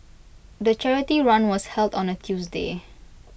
the charity run was held on A Tuesday